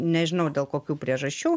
nežinau dėl kokių priežasčių